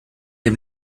dem